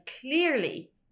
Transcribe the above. clearly